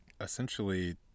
essentially